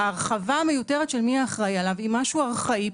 ההרחבה המיותרת של מי האחראי עליו היא משהו ארכאי,